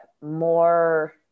more